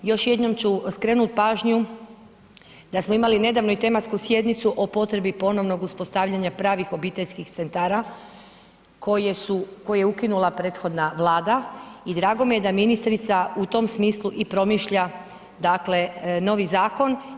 Još jednom ću skrenuti pažnju, da smo imali nedavno i tematsku sjednici o potrebi ponovnog uspostavljanja pravih obiteljskih centara koje je ukinula prethodna vlada i drago mi je da ministrica u tom smislu i promišlja, novi zakon.